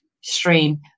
stream